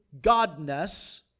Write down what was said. Godness